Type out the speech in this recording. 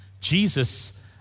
Jesus